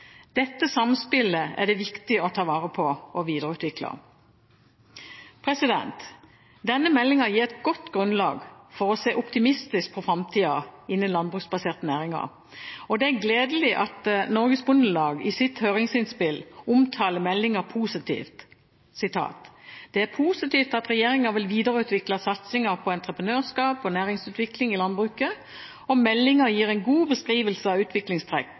Dette samspillet er det viktig å ta vare på og videreutvikle. Denne meldingen gir et godt grunnlag for å se optimistisk på framtiden innen landbruksbaserte næringer, og det er gledelig at Norges Bondelag i sitt høringsinnspill omtaler meldingen positivt: «Det er positivt at regjeringen vil videreutvikle satsingen på entreprenørskap og næringsutvikling i landbruket, og meldingen gir en god beskrivelse av utviklingstrekk,